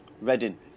Reading